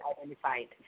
identified